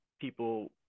people